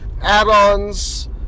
add-ons